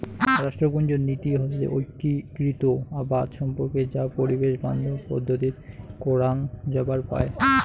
রাষ্ট্রপুঞ্জত নীতি হসে ঐক্যিকৃত আবাদ সম্পর্কে যা পরিবেশ বান্ধব পদ্ধতিত করাং যাবার পায়